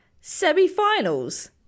Semi-finals